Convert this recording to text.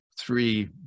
three